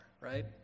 right